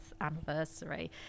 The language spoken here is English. anniversary